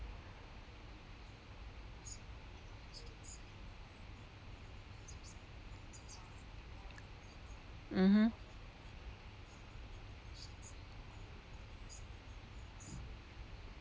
mmhmm